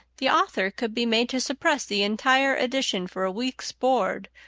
the author could be made to suppress the entire edition for a week's board,